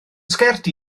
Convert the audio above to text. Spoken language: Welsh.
sgert